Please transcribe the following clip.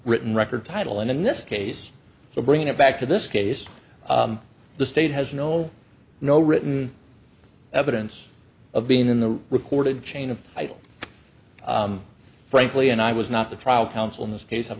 written record title and in this case so bringing it back to this case the state has no no written evidence of being in the recorded chain of idol frankly and i was not the trial counsel in this case